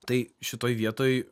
tai šitoj vietoj